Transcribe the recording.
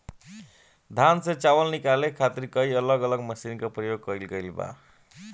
धान से चावल निकाले खातिर कई अलग अलग मशीन के प्रयोग कईल गईल बा